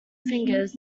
fingers